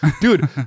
Dude